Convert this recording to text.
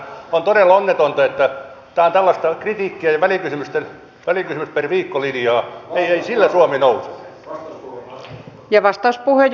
on todella onnetonta että tämä on tällaista kritiikkiä ja välikysymys per viikko linjaa ei sillä suomi nouse